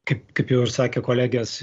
kaip kaip jau ir sakė kolegės